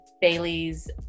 Baileys